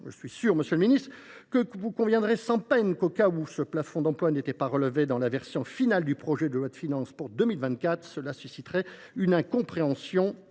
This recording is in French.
Je suis sûr, monsieur le ministre, que vous conviendrez sans peine que si ce plafond d’emplois n’était pas relevé dans la version finale du projet de loi de finances pour 2024, cela susciterait une incompréhension